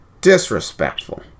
Disrespectful